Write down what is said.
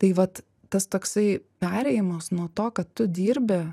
tai vat tas toksai perėjimas nuo to kad tu dirbi